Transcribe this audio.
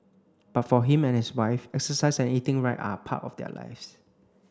but for him and his wife exercise and eating right are part of their lives